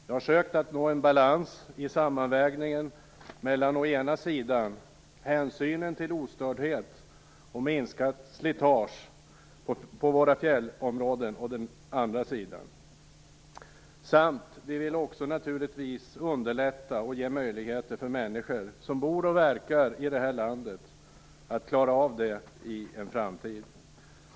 Vi har sökt att nå en balans i sammanvägningen mellan å ena sidan hänsynen till ostördhet och minskat slitage på våra fjällområden å den andra sidan. Vi vill naturligtvis också underlätta och ge möjligheter för människor som bor och verkar i detta land att klara av det i en framtid.